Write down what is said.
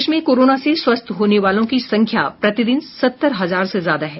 देश में कोरोना से स्वस्थ होने वालों की संख्या प्रतिदिन सत्तर हजार से ज्यादा है